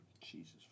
Jesus